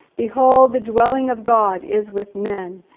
behold, the dwelling of god is with men.